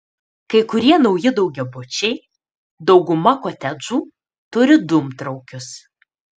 kai kurie nauji daugiabučiai dauguma kotedžų turi dūmtraukius